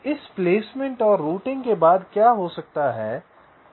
इस प्लेसमेंट और रूटिंग के बाद क्या हो सकता है कि